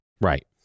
right